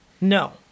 No